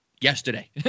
yesterday